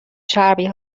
چربی